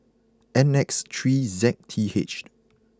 N X three Z T H